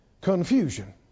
confusion